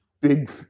big